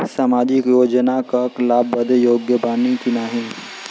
सामाजिक योजना क लाभ बदे योग्य बानी की नाही?